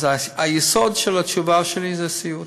אז היסוד של התשובה שלי זה סיעוד,